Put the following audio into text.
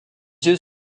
yeux